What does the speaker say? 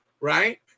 right